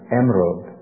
emerald